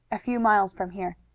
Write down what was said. a few miles from here.